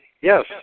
Yes